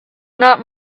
not